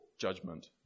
judgment